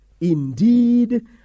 Indeed